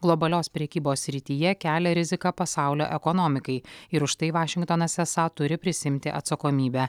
globalios prekybos srityje kelia riziką pasaulio ekonomikai ir už tai vašingtonas esą turi prisiimti atsakomybę